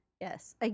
Yes